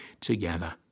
together